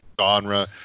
genre